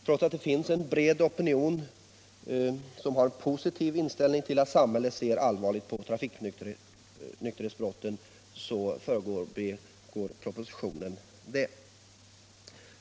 Trots att det finns en bred opinion som har en positiv inställning till att samhället ser allvarligt på trafikonykterhetsbrotten förbigår propositionen detta.